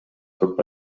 көп